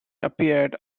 appeared